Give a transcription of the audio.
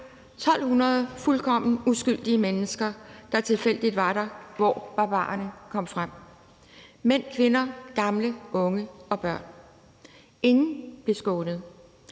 1.200 fuldkommen uskyldige mennesker, der tilfældigt var der, hvor barbarerne kom frem – mænd, kvinder, gamle, unge og børn. Ingen blev skånet.